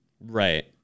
Right